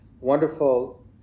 wonderful